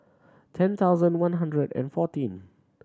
ten thousand one hundred and fourteen